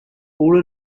all